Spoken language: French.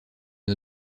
une